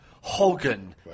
Hogan